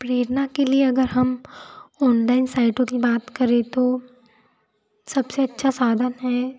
प्रेरणा के लिए अगर हम ओनलाइन साइटों की बात करें ताे सब से अच्छा साधन है